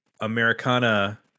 Americana